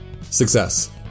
Success